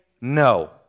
no